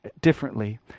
Differently